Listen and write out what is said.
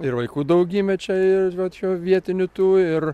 ir vaikų daug gimė čia ir vat jau vietinių tų ir